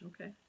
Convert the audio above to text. Okay